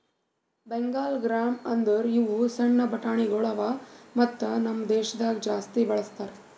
Bengal gram ಅಂದುರ್ ಇವು ಸಣ್ಣ ಬಟಾಣಿಗೊಳ್ ಅವಾ ಮತ್ತ ನಮ್ ದೇಶದಾಗ್ ಜಾಸ್ತಿ ಬಳ್ಸತಾರ್